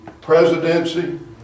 presidency